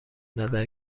نظر